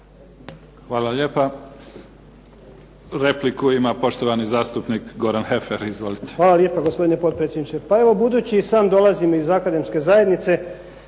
Hvala lijepa. Repliku ima poštovani zastupnik Goran Heffer. Izvolite. **Heffer, Goran (SDP)** Hvala lijepa gospodine potpredsjedniče. Pa evo budući i sam dolazim iz akademske zajednice